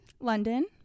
london